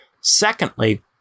Secondly